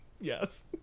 Yes